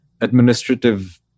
administrative